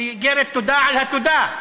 שהיא איגרת תודה על התודה.